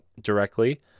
directly